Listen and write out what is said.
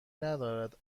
ندارد